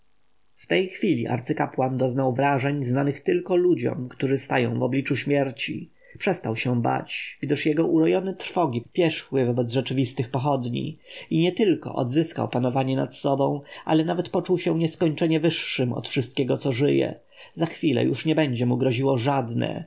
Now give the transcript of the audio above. w tej chwili arcykapłan doznał wrażeń znanych tylko ludziom którzy stają w obliczu śmierci przestał się bać gdyż jego urojone trwogi pierzchły wobec rzeczywistych pochodni i nietylko odzyskał panowanie nad sobą ale nawet poczuł się nieskończenie wyższym od wszystkiego co żyje za chwilę już nie będzie mu groziło żadne